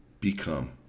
become